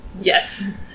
Yes